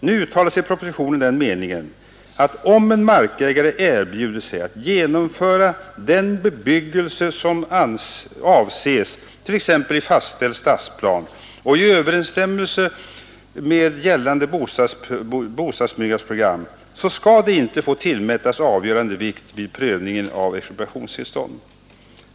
Nu uttalas i propositionen den meningen, att om en markägare erbjuder sig att genomföra den bebyggelse som avses, t.ex. i fastställd stadsplan, och i överensstämmelse med gällande bostadsbyggnadsprogram, så skall det inte få tillmätas avgörande vikt vid prövningen av expropriationstillståndet.